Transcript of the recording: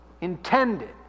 intended